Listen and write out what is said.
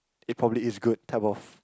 it probably is good type of